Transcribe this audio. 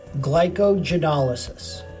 glycogenolysis